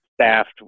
staffed